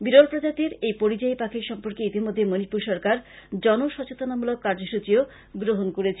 বিরল প্রজাতীর এই পরিজাই পাখী সম্পর্কে ইতিমধ্যে মনিপুর সরকার জনসচেতনতামূলক কার্যসূচীও গ্রহন করেছে